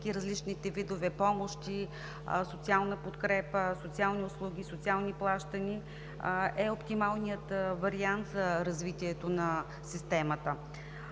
различните видове помощи, социална подкрепа, социални услуги, социални плащания, е оптималният вариант за развитието на системата.